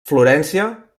florència